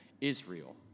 Israel